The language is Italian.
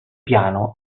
piano